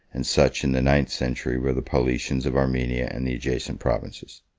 and such, in the ninth century, were the paulicians of armenia and the adjacent provinces.